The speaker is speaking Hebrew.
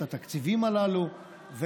את התקציבים הללו,